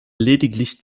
lediglich